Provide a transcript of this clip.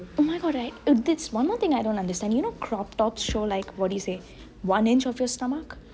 oh my god right one more thing I don't undestand you know crop tops show like what once inch of your stomach